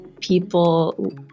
people